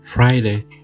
Friday